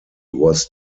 was